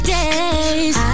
days